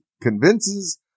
convinces